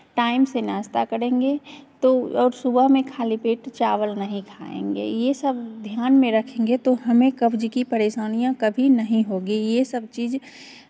time से नाश्ता करेंगे तो और सुबह में खाली पेट चावल नहीं खाएंगे ये सब ध्यान में रखेंगे तो हमें कब्ज़ की परेशानियाँ कभी नहीं होगी ये सब चीज़